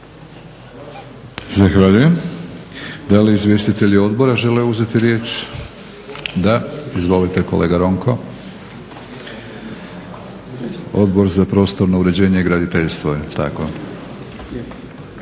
Zahvaljujem. Da li izvjestitelji odbora žele uzeti riječ? Da. Izvolite kolega Ronko, Odbor za prostorno uređenje i graditeljstvo. **Ronko,